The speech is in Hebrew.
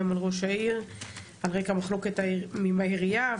על ראש העיר על רקע מחלוקת עם העירייה,